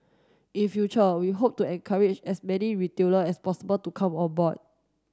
in future we hope to encourage as many retailer as possible to come on board